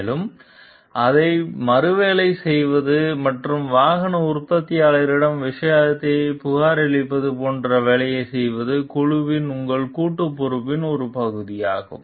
மேலும் அதை மறுவேலை செய்வது மற்றும் வாகன உற்பத்தியாளரிடம் விஷயத்தைப் புகாரளிப்பது போன்ற வேலை செய்வது குழுவின் உங்கள் கூட்டுப் பொறுப்பின் ஒரு பகுதியாகும்